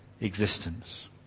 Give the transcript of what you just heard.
existence